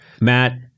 Matt